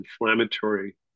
inflammatory